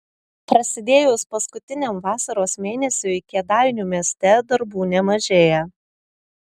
prasidėjus paskutiniam vasaros mėnesiui kėdainių mieste darbų nemažėja